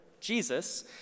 jesus